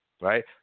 Right